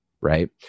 right